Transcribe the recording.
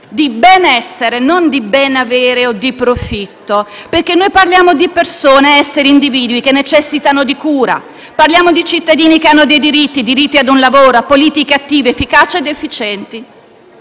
di benessere non di ben-avere o di profitto, perché noi facciamo riferimento a persone, individui che necessitano di cura; parliamo di cittadini che hanno dei diritti, come il diritto ad un lavoro e ad avere politiche attive efficaci ed efficienti.